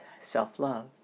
self-love